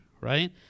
right